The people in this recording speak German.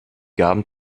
gaben